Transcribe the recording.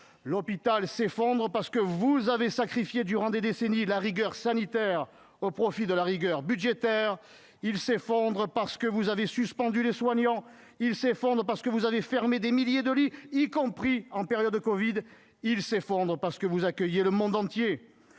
L'hôpital s'effondre parce que vous avez sacrifié durant des décennies la rigueur sanitaire au profit de la rigueur budgétaire ! Il s'effondre parce que vous avez suspendu les soignants ! Il s'effondre parce que vous avez fermé des milliers de lits, y compris en période de covid ! Il s'effondre parce que vous y accueillez le monde entier